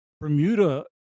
bermuda